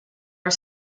are